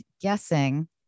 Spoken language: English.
guessing